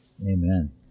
Amen